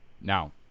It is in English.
Now